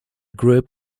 group